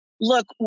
look